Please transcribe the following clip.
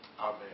Amen